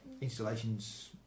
Installations